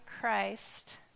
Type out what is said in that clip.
Christ